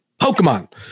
pokemon